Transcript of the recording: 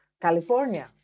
California